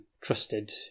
trusted